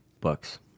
Bucks